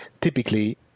typically